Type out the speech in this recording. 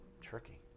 Tricky